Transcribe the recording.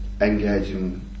engaging